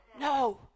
No